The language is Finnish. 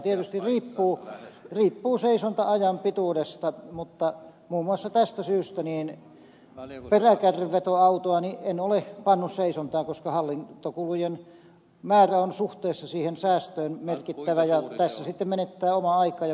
tietysti se riippuu seisonta ajan pituudesta mutta muun muassa tästä syystä peräkärryn vetoautoa en ole pannut seisontaan koska hallintokulujen määrä on suhteessa siihen säästöön merkittävä ja tässä sitten menettää omaa aikaa ja byrokratiaa